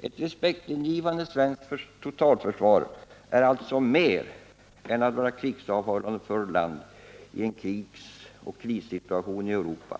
Ett respektingivande svenskt totalförsvar är alltså mer än att vara krigsavhållande för vårt land i en krisoch krigssituation i Europa.